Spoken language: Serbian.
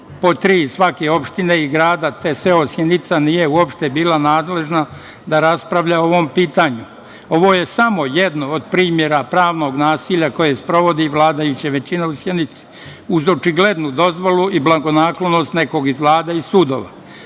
po tri iz svake opštine i grada, te SO Sjenica nije uopšte bila nadležna da raspravlja o ovom pitanju. Ovo je samo jedan od primera pravnog nasilja koju sprovodi vladajuća većina u Sjenici, uz očiglednu dozvolu i blagonaklonost nekog iz Vlade i sudova. Tražimo